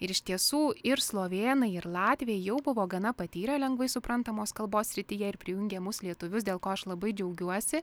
ir iš tiesų ir slovėnai ir latviai jau buvo gana patyrę lengvai suprantamos kalbos srityje ir prijungė mus lietuvius dėl ko aš labai džiaugiuosi